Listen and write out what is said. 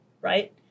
right